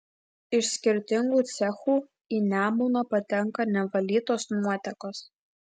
iš skirtingų cechų į nemuną patenka nevalytos nuotekos